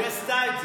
היא עשתה את זה.